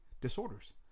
disorders